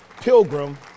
Pilgrim